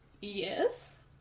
yes